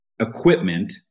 equipment